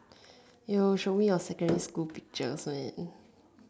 yo show me you secondary school picture Fred